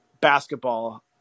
basketball